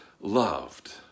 loved